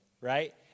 right